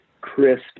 crisp